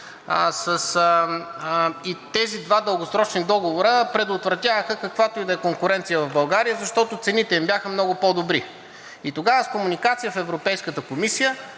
Тези два дългосрочни договора предотвратяваха каквато и да е конкуренция в България, защото цените им бяха много по-добри. Тогава, с комуникация в Европейската комисия,